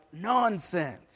nonsense